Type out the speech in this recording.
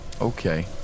Okay